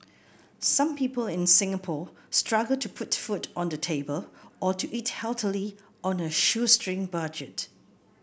some people in Singapore struggle to put food on the table or to eat healthily on a shoestring budget